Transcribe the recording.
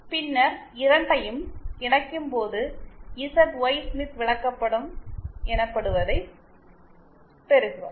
பின்னர் இரண்டையும் இணைக்கும்போது இசட்ஒய் ஸ்மித் விளக்கப்படம் எனப்படுவதைப் பெறுகிறோம்